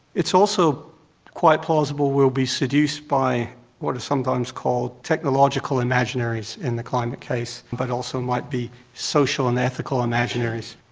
it's also quite plausible we will be seduced by what is sometimes called technological imaginaries in the climate case but also might be social and ethical imaginaries.